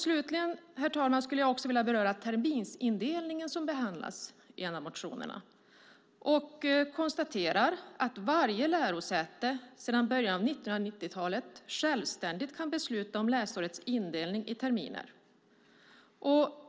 Slutligen skulle jag också vilja beröra terminsindelningen, som berörs i en av motionerna. Jag konstaterar att varje lärosäte sedan mitten av 1990-talet självständigt kan besluta om läsårets indelning i terminer.